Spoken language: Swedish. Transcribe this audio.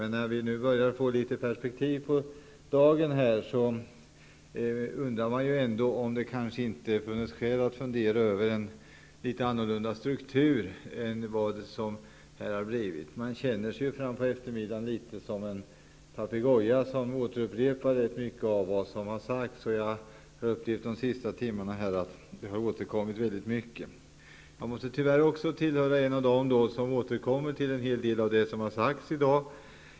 När vi nu börjar få litet perspektiv på dagen undrar man om det ändå inte funnes skäl att fundera över en något annorlunda struktur. Frampå eftermiddagen känner man sig som en papegoja, som återupprepar mycket av vad som har sagts. Jag har de senaste timmarna upplevt att mycket har återkommit. Jag måste tyvärr också tillhöra dem som återkommer till en hel del av det som har sagts i dag.